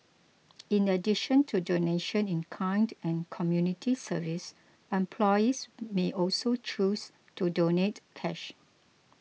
in addition to donation in kind and community service employees may also choose to donate cash